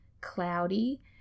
cloudy